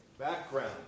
Background